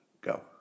go